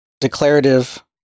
declarative